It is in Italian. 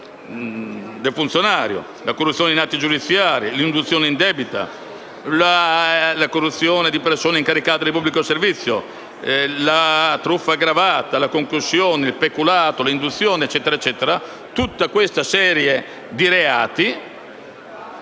un funzionario (corruzione in atti giudiziari, induzione indebita, corruzione di persone incaricate di pubblico servizio, truffa aggravata, concussione, peculato, induzione e così via), cioè per tutta una serie di reati.